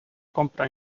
compra